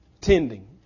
tending